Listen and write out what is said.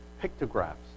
pictographs